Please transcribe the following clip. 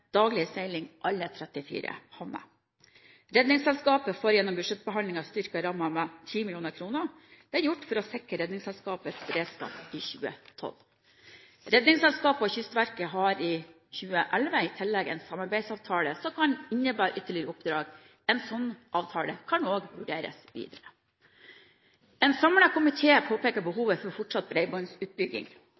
daglig seiling til alle 34 havner. Redningsselskapet får gjennom budsjettbehandlingen styrket rammene med 10 mill kr. Dette er gjort for å sikre Redningsselskapets beredskap i 2012. Redningsselskapet og Kystverket har i 2011 i tillegg en samarbeidsavtale som kan innebære ytterligere oppdrag – en sånn avtale kan også vurderes videre. En samlet komité påpeker behovet for fortsatt